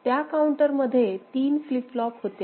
त्या काउंटर मध्ये 3 flip flop होत्या